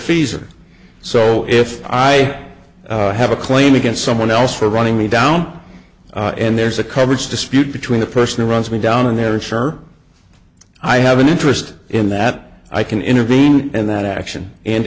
r so if i have a claim against someone else for running me down and there's a coverage dispute between the person who runs me down and their insurer i have an interest in that i can intervene and that action and